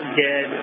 dead